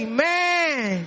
Amen